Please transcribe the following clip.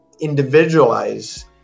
individualize